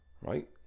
right